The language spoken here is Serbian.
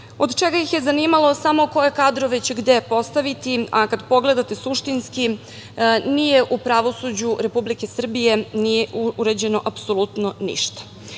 od čega ih je zanimalo koje kadrove će gde postaviti, a kad pogledate suštinski u pravosuđu Republike Srbije nije uređeno apsolutno